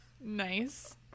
Nice